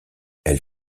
elle